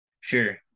Sure